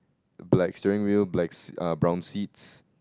black steering wheel black err brown seats